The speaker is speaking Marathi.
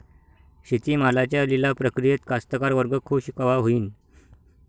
शेती मालाच्या लिलाव प्रक्रियेत कास्तकार वर्ग खूष कवा होईन?